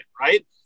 right